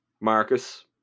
Marcus